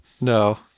no